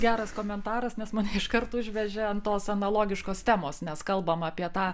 geras komentaras nes mane iškart užvežė ant tos analogiškos temos nes kalbam apie tą